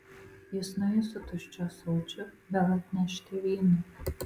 jis nuėjo su tuščiu ąsočiu vėl atnešti vyno